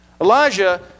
Elijah